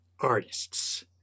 artists